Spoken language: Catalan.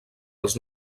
els